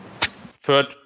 third